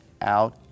out